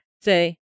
say